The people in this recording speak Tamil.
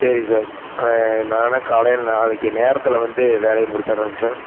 சரி சார் ஆ நான் ஆனால் காலையில் நாளைக்கு நேரத்தில் வந்து வேலையை முடிச்சிட்றேங்க சார்